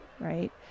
Right